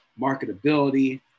marketability